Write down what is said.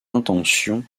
intentions